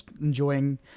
Enjoying